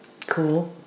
cool